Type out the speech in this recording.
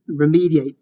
remediate